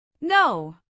No